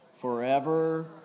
Forever